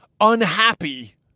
unhappy